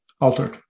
altered